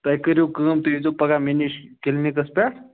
تۄہہِ کٔرِو کٲم تُہۍ ییٖزیو پَگاہ مےٚ نِش کِلنِکس پٮ۪ٹھ